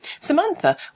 Samantha